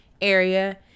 area